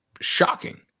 shocking